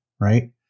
right